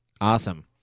Awesome